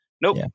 Nope